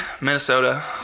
Minnesota